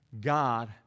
God